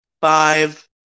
five